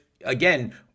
again